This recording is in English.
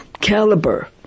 caliber